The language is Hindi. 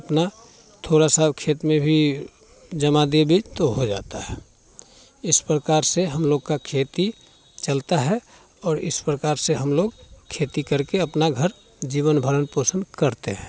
अपना थोड़ा सा खेत में भी जमा देबे तो हो जाता है इस प्रकार से हम लोग का खेती चलता है और इस प्रकार से हम लोग खेती करके अपना घर जीवन भरण पोषण करते हैं